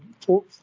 four